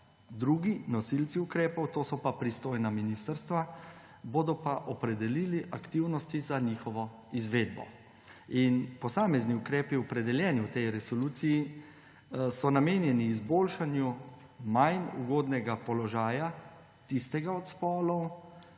drugi nosilci ukrepov, to so pa pristojna ministrstva, bodo pa opredelili aktivnosti za njihovo izvedbo. In posamezni ukrepi, opredeljeni v tej resoluciji, so namenjeni izboljšanju manj ugodnega položaja tistega od spolov,